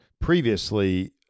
previously